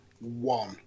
one